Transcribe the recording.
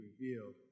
revealed